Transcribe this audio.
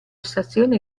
stazione